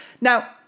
Now